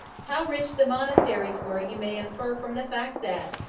how rich the monasteries were you may infer from the fact that,